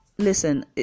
Listen